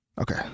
Okay